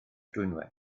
dwynwen